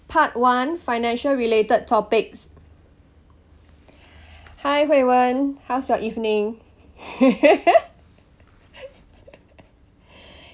part one financial related topics hi hui wen how's your evening